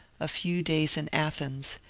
a few days in athens,